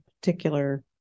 particular